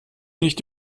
nicht